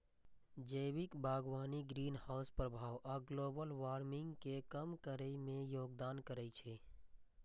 जैविक बागवानी ग्रीनहाउस प्रभाव आ ग्लोबल वार्मिंग कें कम करै मे योगदान करै छै